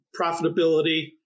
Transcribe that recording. profitability